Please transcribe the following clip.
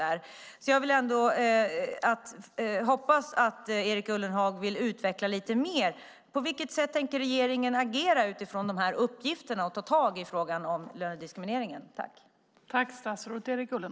Därför hoppas jag att Erik Ullenhag vill utveckla lite mer på vilket sätt regeringen tänker agera utifrån dessa uppgifter och ta tag i frågan om lönediskrimineringen.